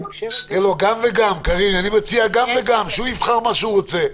אני מציע גם וגם שהוא יבחר מה שהוא רוצה.